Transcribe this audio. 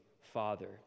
father